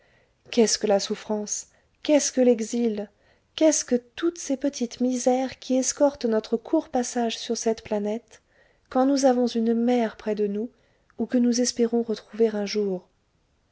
qu'est-ce que la souffrance qu'est-ce que l'exil qu'est-ce que toutes ces petites misères qui escortent notre court passage sur cette planète quand nous avons une mère près de nous ou que nous espérons retrouver un jour